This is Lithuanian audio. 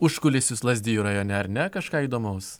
užkulisius lazdijų rajone ar ne kažką įdomaus